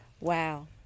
Wow